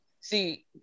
See